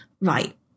right